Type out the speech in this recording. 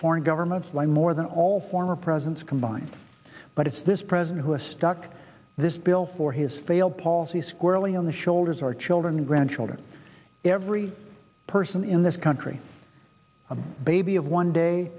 foreign governments lie more than all former presidents combined but it's this president who has stuck this bill for his failed policies squarely on the shoulders our children and grandchildren every person in this country a baby of one day